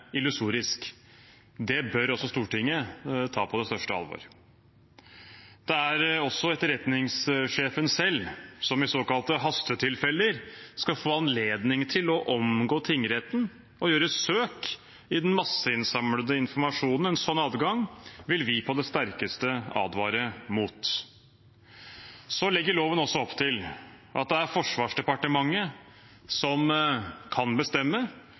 illusorisk. Det bør også Stortinget ta på det største alvor. Det er også etterretningssjefen selv som i såkalte hastetilfeller skal få anledning til å omgå tingretten og gjøre søk i den masseinnsamlede informasjonen. En sånn adgang vil vi på det sterkeste advare mot. Loven legger også opp til at det er Forsvarsdepartementet som kan bestemme